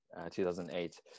2008